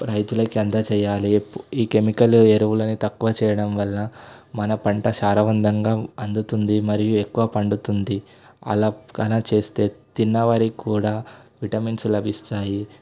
రైతులకి అందచేయాలి ఈ కెమికల్ ఎరువులని తక్కువ చేయడం వల్ల మన పంట సారవంతంగా అందుతుంది మరియు ఎక్కువ పండుతుంది అలా అలా చేస్తే తిన్నవారికి కూడా విటమిన్స్ లభిస్తాయి